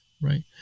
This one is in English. right